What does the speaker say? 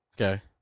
Okay